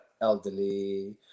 elderly